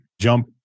jump